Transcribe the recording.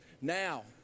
Now